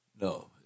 No